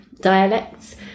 dialects